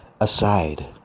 aside